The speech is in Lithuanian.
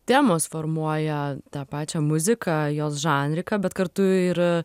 temos formuoja tą pačią muziką jos žanriką bet kartu ir